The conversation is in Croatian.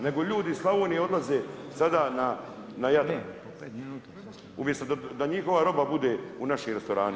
Nego ljudi iz Slavonije odlaze sada na Jadran, umjesto da njihova roba bude u našim restoranima.